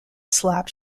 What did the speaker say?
slap